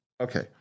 Okay